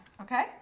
Okay